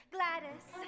Gladys